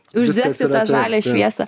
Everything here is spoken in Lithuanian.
uždegti tą žalią šviesą